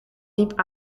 diep